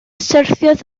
syrthiodd